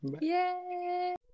Yay